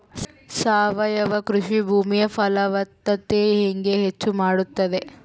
ಸಾವಯವ ಕೃಷಿ ಭೂಮಿಯ ಫಲವತ್ತತೆ ಹೆಂಗೆ ಹೆಚ್ಚು ಮಾಡುತ್ತದೆ?